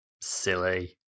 silly